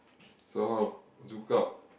so how ZoukOut